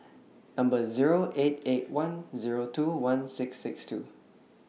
Number Zero eight eight one Zero two one six six two